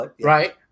right